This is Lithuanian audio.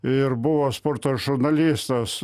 ir buvo sporto žurnalistas